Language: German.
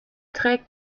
trägt